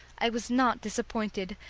i was not disappointed,